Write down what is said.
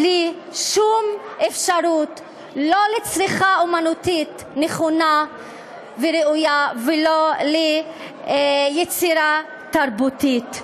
בלי שום אפשרות לצריכה אמנותית נכונה וראויה וליצירה תרבותית.